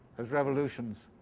those revolutions